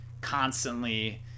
constantly